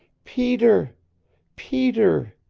peter peter